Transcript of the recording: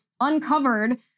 uncovered